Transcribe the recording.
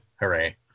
Hooray